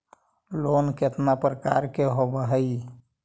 Loan केतना प्रकार के होव हइ?